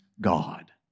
God